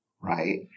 right